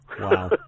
Wow